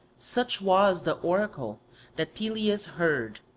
such was the oracle that pelias heard,